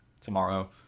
tomorrow